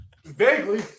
Vaguely